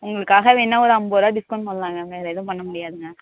உங்களுக்காக வேணா ஒரு ஐம்பது ரூவா டிஸ்கவுண்ட் பண்ணலாம்ங்க வேறு எதுவும் பண்ண முடியாதுங்க